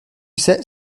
sais